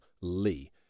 Lee